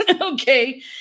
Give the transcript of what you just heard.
okay